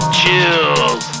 chills